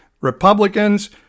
Republicans